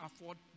afford